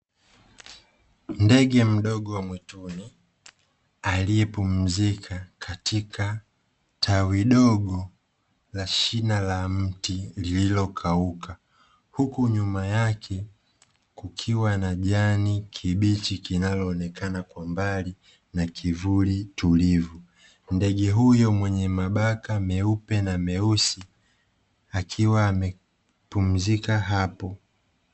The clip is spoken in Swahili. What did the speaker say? Ndege mdogo wa mwituni, aliyepumzika katika tawi dogo la shina la mti lililokauka, huku nyuma yake kukiwa na jani kibichi kinaloonekana kwa mbali na kivuli tulivu. Ndege huyo, mwenye mabaka meupe na meusi, akiwa amepumzika apo.